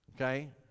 okay